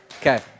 Okay